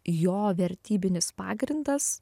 jo vertybinis pagrindas